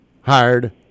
hired